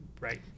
right